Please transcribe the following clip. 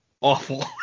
awful